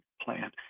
plan